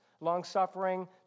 long-suffering